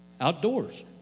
Outdoors